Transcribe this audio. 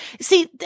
See